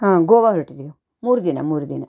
ಹಾಂ ಗೋವಾ ಹೊರಟಿದೀವಿ ಮೂರು ದಿನ ಮೂರು ದಿನ